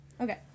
Okay